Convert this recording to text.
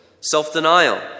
Self-denial